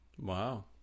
wow